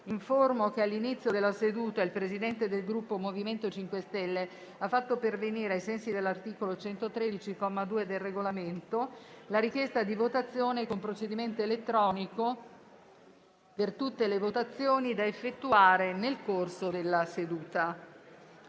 che all'inizio della seduta il Presidente del Gruppo MoVimento 5 Stelle ha fatto pervenire, ai sensi dell'articolo 113, comma 2, del Regolamento, la richiesta di votazione con procedimento elettronico per tutte le votazioni da effettuare nel corso della seduta.